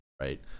right